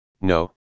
no